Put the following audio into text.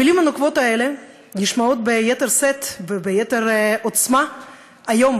המילים הנוקבות האלה נשמעות ביתר שאת וביתר עוצמה היום,